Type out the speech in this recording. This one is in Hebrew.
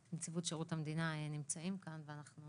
נציבות שירות המדינה נמצאים כאן ואנחנו